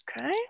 Okay